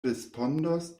respondos